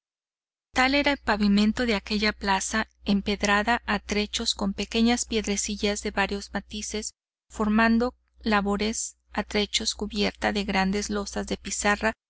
tal era el pavimento de aquella plaza empedrada a trechos con pequeñas piedrecitas de varios matices formando labores a trechos cubierta de grandes losas de pizarra